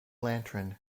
lantern